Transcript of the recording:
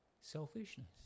selfishness